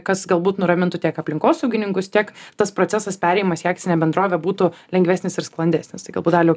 kas galbūt nuramintų tiek aplinkosaugininkus tiek tas procesas perėjimas į akcinę bendrovę būtų lengvesnis ir sklandesnis tai galbūt daliau